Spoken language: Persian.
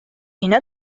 اینا